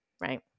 right